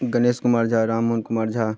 Ganesh Kumar Jha Ram Kumar Jha